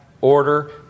order